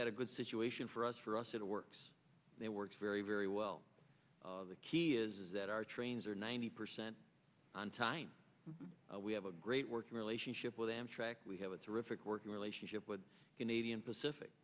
that a good situation for us for us it works they work very very well the key is that our trains are ninety percent on time we have a great working relationship with amtrak we have a terrific working relationship with canadian pacific